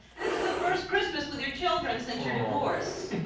this is the first christmas with your children since your divorce.